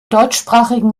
deutschsprachigen